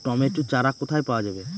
Tomato চারা কোথায় পাওয়া যাবে?